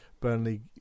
Burnley